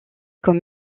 comme